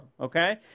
okay